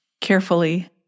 carefully